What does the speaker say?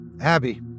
Abby